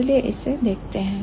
चलिए इससे देखते हैं